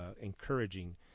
encouraging